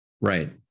right